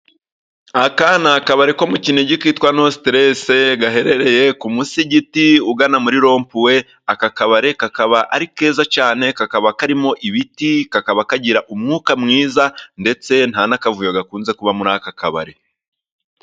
Aka ni akabari ko mu Kininigi kitwa Nositerese gaherereye ku musigiti ugana muri rompuwe, aka kabari kakabari keza cyane kakaba karimo ibiti, kakaba kagira umwuka mwiza, ndetse nta n'akavuyo gakunze kuba muri aka kabari.